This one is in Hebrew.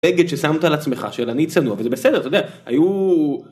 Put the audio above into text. בגד ששמת על עצמך, של אני צנוע, אבל זה בסדר, אתה יודע, היו...